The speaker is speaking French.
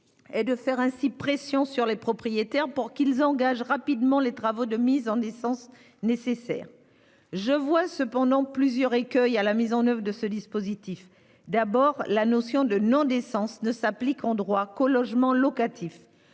est de faire pression sur les propriétaires, pour qu'ils engagent rapidement les travaux de mise en décence nécessaires. Je vois cependant plusieurs écueils à la mise en oeuvre de ce dispositif. Tout d'abord, la notion de non-décence ne s'applique, en droit, qu'aux logements locatifs.